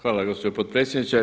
Hvala gospođo potpredsjednice.